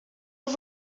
was